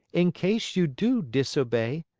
in case you do disobey,